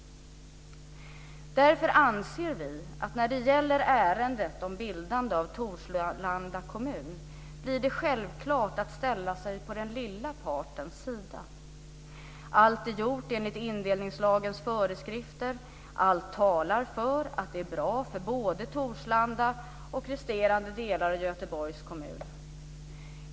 Därför anser vi att när det gäller ärendet om bildande av Torslanda kommun blir det självklart att ställa sig på den lilla partens sida. Allt är gjort enligt indelningslagens föreskrifter och allt talar för att detta är bra för både Torslanda och resterande delar av Göteborgs kommun.